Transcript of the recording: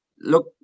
look